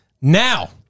now